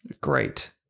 Great